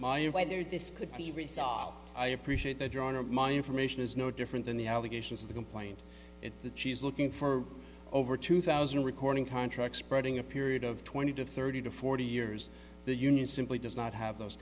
of whether this could be resolved i appreciate that your honor my information is no different than the allegations of the complaint that she's looking for over two thousand recording contract spreading a period of twenty to thirty to forty years the union simply does not have those